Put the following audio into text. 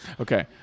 Okay